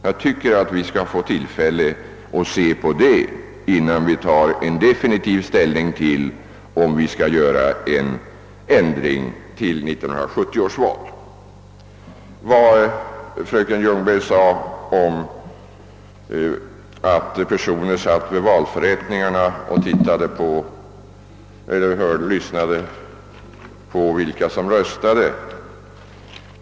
Jag anser att vi bör få tillfälle att se närmare på det innan vi tar definitiv ställning till om vi bör vidtaga någon ändring av systemet till 1970 års val. Fröken Ljungberg sade att vissa personer under valförrättningarna satt och lyssnade för att höra efter vilka som röstade.